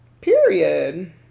Period